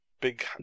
Big